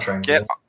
Get